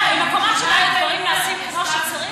מקומות שבהם דברים נעשים כמו שצריך,